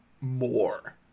more